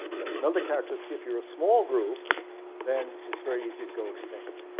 that's another characteristic if you're a small group then it's very easy to go extinct.